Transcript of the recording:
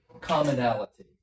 commonality